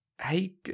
hey